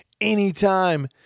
Anytime